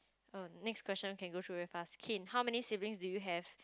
oh next question can go through very fast Keane how many siblings do you have